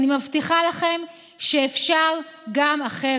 אני מבטיחה לכם שאפשר גם אחרת.